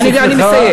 אני מסיים.